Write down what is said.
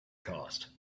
costs